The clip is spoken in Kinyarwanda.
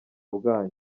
bwanyu